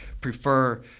prefer